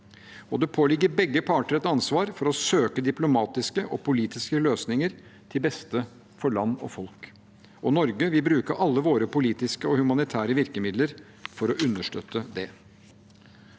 Det påligger begge parter et ansvar for å søke diplomatiske og politiske løsninger til beste for land og folk. Norge vil bruke alle våre politiske og humanitære virkemidler for å understøtte det.